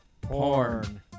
porn